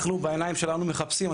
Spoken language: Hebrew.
אנחנו בעיניים שלנו מחפשים,